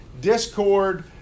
discord